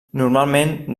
normalment